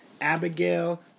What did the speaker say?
Abigail